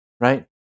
right